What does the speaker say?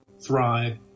thrive